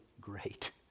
great